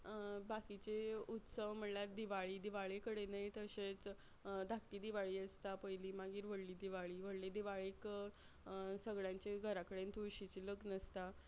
बाकीचे उत्सव म्हणल्यार दिवाळी दिवाळे कडेनय तशेंच धाकटी दिवाळी आसता पयली मागीर व्हडली दिवाळी व्हडले दिवाळेक सगळ्यांचे घरा कडेन तुळशीचें लग्न आसता